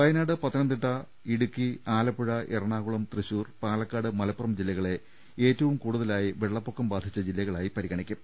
വയനാട് പത്തനംതിട്ട ഇടുക്കി ആലപ്പുഴ എറണാകുളം തൃശൂർ പാലക്കാട് മലപ്പുറം ജില്ലകളെ ഏറ്റവും കൂടുതലായി വെള്ളപ്പൊക്കം ബാധിച്ച ജില്ലകളായി പരിഗണിക്കും